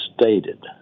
stated